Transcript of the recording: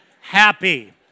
happy